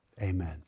amen